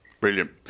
Brilliant